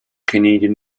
canadian